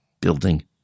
building